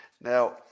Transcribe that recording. Now